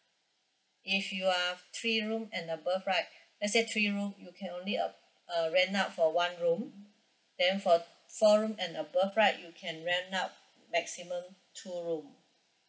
if you are three room and above right let's say three room you can only a~ uh rent out for one room then for four rooms and above right you can rent out maximum two rooms